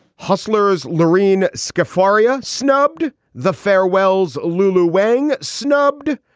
hustler's lorene scafaria snubbed the farewells. lulu wang snubbed.